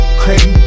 crazy